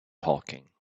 talking